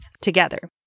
together